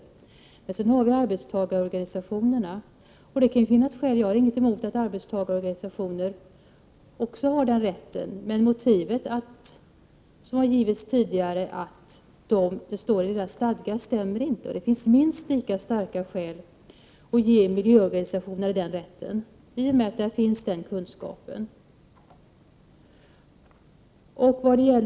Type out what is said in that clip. Det kan också finnas skäl för att arbetstagarorganisationer har den rätten, och jag har ingenting emot det, men motiveringen som anförts tidigare, att det står i deras stadgar att de företräder konsumenterna stämmer inte. Det finns minst lika starka skäl att ge miljöorganisationerna den rätten, i och med att det där finns kunskap.